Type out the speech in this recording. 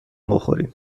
بخوریم